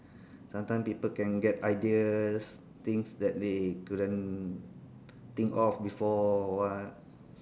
sometime people can get ideas things that they couldn't think of before or what